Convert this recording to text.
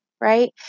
right